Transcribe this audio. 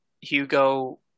Hugo